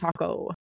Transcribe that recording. taco